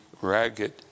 ragged